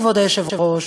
כבוד היושב-ראש,